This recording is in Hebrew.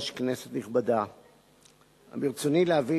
בשבט התשע"ב (1 בפברואר